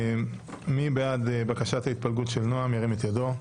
מי בעד בקשת ההתפלגות של נעם, ירים את ידו.